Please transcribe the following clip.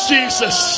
Jesus